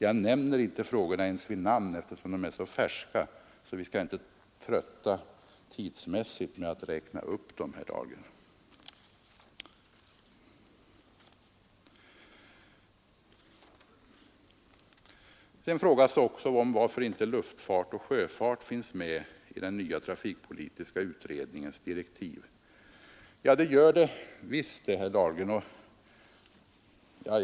Jag nämner inte frågorna ens vid namn, eftersom de politiken, m.m. är så färska att vi inte skall trötta kammaren med att räkna upp dem, herr Sedan frågas det också varför inte luftfart och sjöfart finns med i den nya trafikpolitiska utredningens direktiv. Det gör de visst, herr Dahlgren.